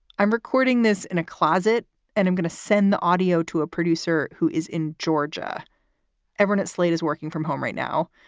i'm recording this in a closet and i'm going to send the audio to a producer who is in georgia and at slate, is working from home right now.